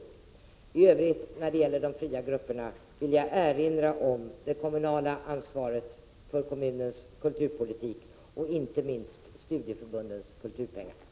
Vidare vill jag beträffande de fria grupperna erinra om det kommunala ansvaret för kommunens kulturpolitik och inte minst studieförbundens kulturpengar.